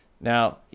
Now